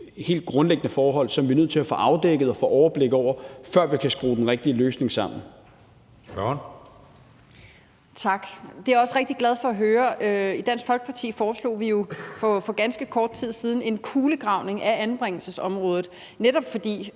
helt grundlæggende forhold, som vi er nødt til at få afdækket og få overblik over, før vi kan skrue den rigtige løsning sammen.